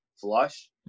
flush